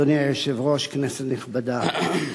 אדוני היושב-ראש, כנסת נכבדה,